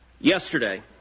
Yesterday